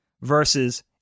versus